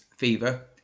Fever